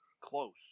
close